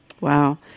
Wow